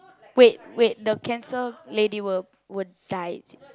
wait wait the cancer lady will will die is it